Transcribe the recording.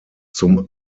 zum